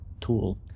tool